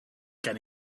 gen